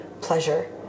pleasure